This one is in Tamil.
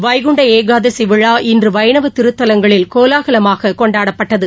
வைகுண்ட ஏகாதசி விழா இன்று வைணவத் திருத்தலங்களில் கோலாகலமாக கொண்டாடப்பட்டது